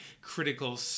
critical